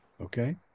okay